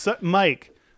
mike